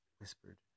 whispered